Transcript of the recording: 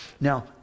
Now